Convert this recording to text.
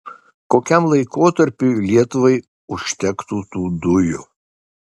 kokiam laikotarpiui lietuvai užtektų tų dujų